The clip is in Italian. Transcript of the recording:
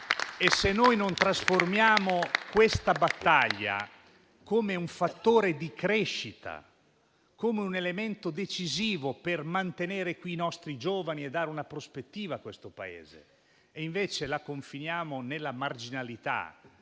Occorre trasformare questa battaglia come un fattore di crescita, come un elemento decisivo per mantenere qui i nostri giovani e dare una prospettiva a questo Paese. Invece, la confiniamo nella marginalità